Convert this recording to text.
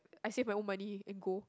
I save my own money and go